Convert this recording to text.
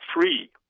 free